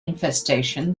infestation